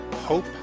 hope